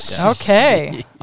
Okay